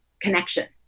connection